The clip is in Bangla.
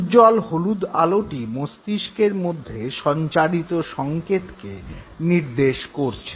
উজ্জ্বল হলুদ আলোটি মস্তিষ্কের মধ্যে সঞ্চারিত সঙ্কেতকে নির্দেশ করছে